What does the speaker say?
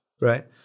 right